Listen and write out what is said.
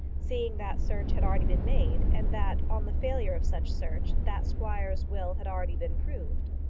seeing that search had already been made, and that, on the failure of such search, that squire's will had already been proved.